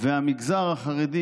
והמגזר החרדי,